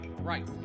Right